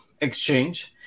exchange